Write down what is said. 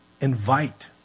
invite